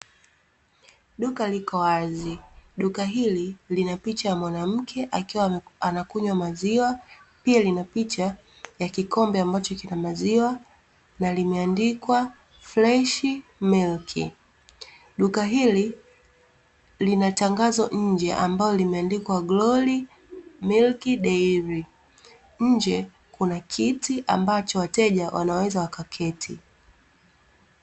Duka liko wazi. Duka hili lina picha ya mwanamke akiwa anakunywa maziwa, pia lina picha ya kikombe ambacho kina maziwa na limeandikwa "fresh milk". Duka hili lina tangazo nje ambalo limeandikwa "GLORY MILK DAIRY". Nje kuna kiti ambacho wateja wanaweza wakaketi.